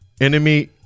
Enemy